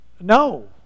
no